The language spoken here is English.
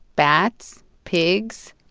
bats, pigs,